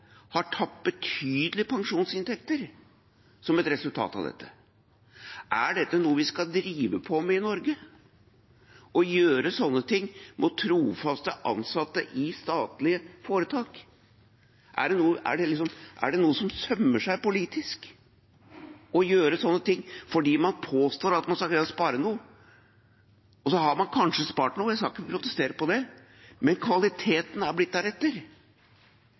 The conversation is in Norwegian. har tapt betydelige pensjonsinntekter som et resultat av dette. Er det noe vi skal drive på med i Norge – å gjøre sånne ting mot trofaste ansatte i statlige foretak? Sømmer det seg politisk å gjøre sånne ting fordi man påstår at man skal greie å spare noe? Så har man kanskje spart noe, jeg skal ikke protestere på det, men kvaliteten har blitt deretter.